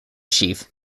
chief